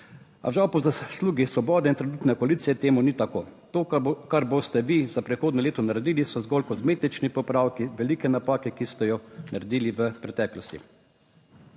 A žal po zaslugi Svobode in trenutne koalicije to ni tako. To, kar boste vi za prihodnje leto naredili, so zgolj kozmetični popravki velike napake, ki ste jo naredili v preteklosti.